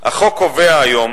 החוק היום